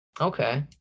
okay